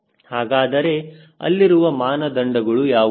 ಹಾಗಾದರೆ ಅಲ್ಲಿರುವ ಮಾನದಂಡಗಳು ಯಾವುವು